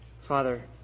Father